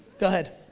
go ahead.